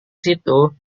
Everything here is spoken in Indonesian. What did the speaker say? situ